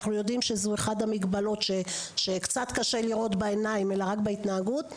אנחנו יודעים שזו אחת המגבלות שקשה לראות בעיניים אלא רק בהתנהגות.